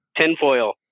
tinfoil